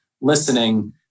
listening